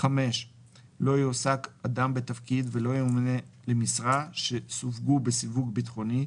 לא יועסק אדם בתפקיד ולא ימונה למשרה שסווגו בסיווג בטחוני,